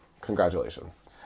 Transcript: Congratulations